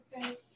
okay